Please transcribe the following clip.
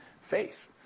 faith